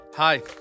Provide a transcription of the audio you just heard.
Hi